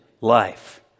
life